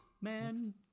man